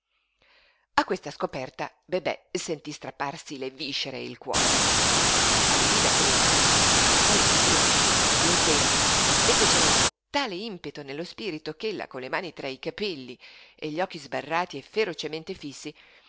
a questa scoperta bebè sentí strapparsi le viscere e il cuore allibí dapprima poi l'ira lo sdegno le fecero un tale impeto nello spirito ch'ella con le mani tra i capelli e gli occhi sbarrati e ferocemente fissi